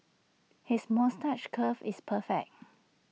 his moustache curl is perfect